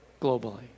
globally